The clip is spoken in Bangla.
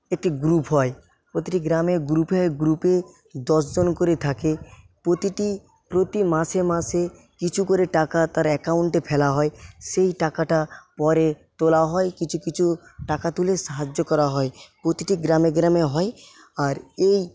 একটি গ্রুপ হয় প্রতিটি গ্রামে গ্রুপে গ্রুপে দশজন করে থাকে প্রতিটি প্রতি মাসে মাসে কিছু করে টাকা তার অ্যাকাউন্টে ফেলা হয় সেই টাকাটা পরে তোলা হয় কিছু কিছু টাকা তুলে সাহায্য করা হয় প্রতিটি গ্রামে গ্রামে হয় আর এই